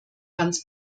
hans